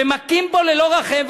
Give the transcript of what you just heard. ומכים בו ללא רחם,